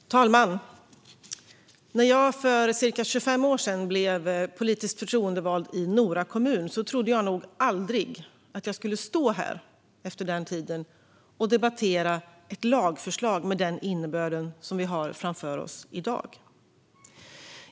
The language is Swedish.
Fru talman! När jag för ca 25 år sedan blev politiskt förtroendevald i Nora kommun trodde jag nog inte att jag skulle stå här i dag och debattera ett lagförslag med en sådan innebörd som det vi har framför oss i dag.